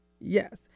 Yes